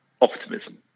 optimism